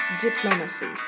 diplomacy